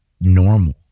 normal